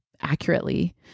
accurately